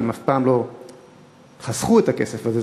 כי הם אף פעם לא חסכו את הכסף הזה,